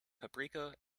paprika